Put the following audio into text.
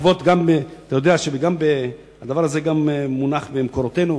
אתה יודע שהדבר הזה מונח גם במקורותינו,